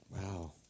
wow